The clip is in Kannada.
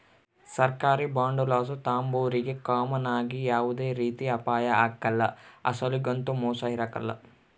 ಸರ್ಕಾರಿ ಬಾಂಡುಲಾಸು ತಾಂಬೋರಿಗೆ ಕಾಮನ್ ಆಗಿ ಯಾವ್ದೇ ರೀತಿ ಅಪಾಯ ಆಗ್ಕಲ್ಲ, ಅಸಲೊಗಂತೂ ಮೋಸ ಇರಕಲ್ಲ